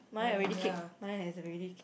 mine already kick mine has already kicked